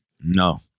No